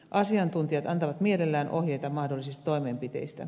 asiantuntijat antavat mielellään ohjeita mahdollisista toimenpiteistä